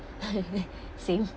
same